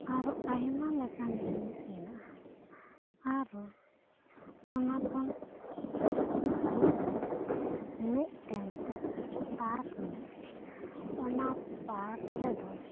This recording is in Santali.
ᱟᱨᱚ ᱟᱭᱢᱟ ᱞᱮᱠᱟᱱ ᱡᱤᱱᱤᱥ ᱢᱮᱱᱟᱜ ᱟ ᱟᱨᱚ ᱚᱱᱟ ᱠᱷᱚᱱ ᱥᱟᱭᱤᱰ ᱨᱮ ᱢᱤᱫᱴᱟᱝ ᱯᱟᱨᱠ ᱢᱮᱱᱟᱜ ᱟ ᱚᱱᱟ ᱯᱟᱨᱠ ᱨᱮᱫᱚ